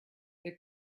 they